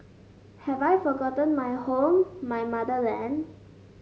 have I forgotten my home my motherland